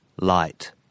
Light